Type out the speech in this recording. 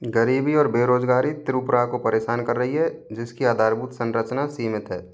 गरीबी और बेरोजगारी त्रिपुरा को परेशान कर रही है जिसकी आधारभूत संरचना सीमित है